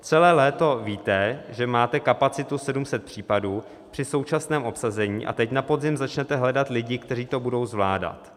Celé léto víte, že máte kapacitu 700 případů při současném obsazení, a teď na podzim začnete hledat lidi, kteří to budou zvládat.